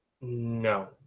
No